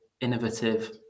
innovative